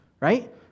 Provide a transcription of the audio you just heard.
right